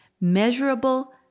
Measurable